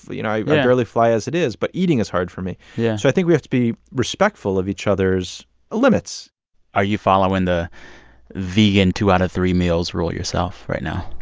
you know i. yeah. barely fly as it is, but eating is hard for me yeah so i think we have to be respectful of each other's limits are you following the vegan two out of three meals rule yourself right now?